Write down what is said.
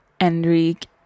Enrique